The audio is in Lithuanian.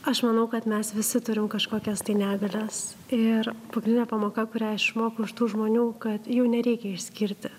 aš manau kad mes visi turim kažkokias tai negalias ir pagrindinė pamoka kurią aš išmokau iš tų žmonių kad jų nereikia išskirti